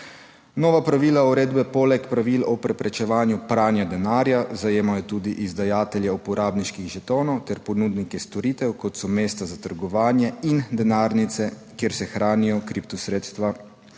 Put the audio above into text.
Nova pravila uredbe poleg pravil o preprečevanju pranja denarja zajemajo tudi izdajatelje uporabniških žetonov ter ponudnike storitev, kot so mesta za trgovanje in denarnice, kjer se hranijo kriptosredstva.